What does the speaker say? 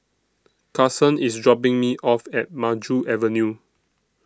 Carsen IS dropping Me off At Maju Avenue